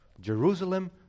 Jerusalem